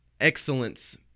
excellence